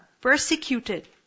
persecuted